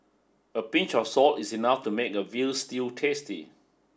a pinch of salt is enough to make a veal stew tasty